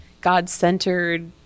God-centered